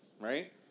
right